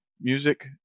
music